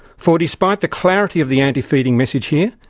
for, despite the clarity of the anti-feeding message here,